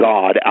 God